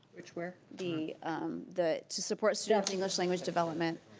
which? where? the the to support student english language development,